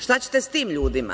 Šta ćete sa tim ljudima?